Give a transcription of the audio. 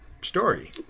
story